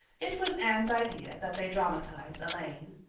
it was anne's idea that they dramatize elaine.